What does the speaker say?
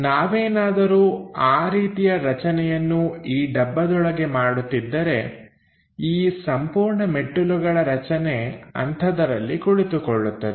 ನಾವೇನಾದರೂ ಆ ರೀತಿಯ ರಚನೆಯನ್ನು ಈ ಡಬ್ಬದೊಳಗೆ ಮಾಡುತ್ತಿದ್ದರೆ ಈ ಸಂಪೂರ್ಣ ಮೆಟ್ಟಿಲುಗಳ ರಚನೆ ಅಂಥದರಲ್ಲಿ ಕುಳಿತುಕೊಳ್ಳುತ್ತದೆ